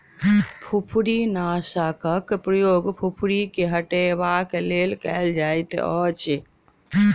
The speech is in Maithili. फुफरीनाशकक प्रयोग फुफरी के हटयबाक लेल कयल जाइतअछि